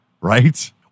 right